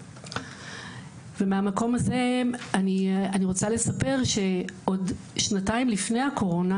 ומהמקום הזה אני רוצה לספר שעוד שנתיים לפני הקורונה